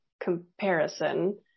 comparison